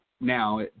now